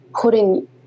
putting